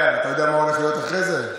אתה יודע מה הולך להיות אחרי זה?